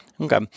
Okay